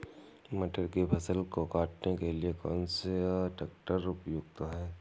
मटर की फसल को काटने के लिए कौन सा ट्रैक्टर उपयुक्त है?